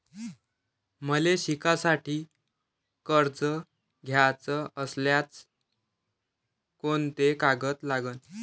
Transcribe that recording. मले शिकासाठी कर्ज घ्याचं असल्यास कोंते कागद लागन?